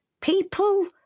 people